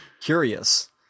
curious